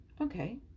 okay